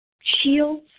shields